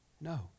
No